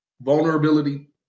vulnerability